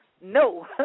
No